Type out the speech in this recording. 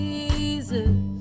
Jesus